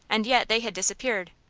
and yet they had disappeared.